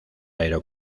aero